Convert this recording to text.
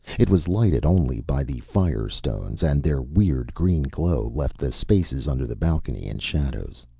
it was lighted only by the fire-stones, and their weird green glow left the spaces under the balcony in shadows.